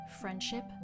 friendship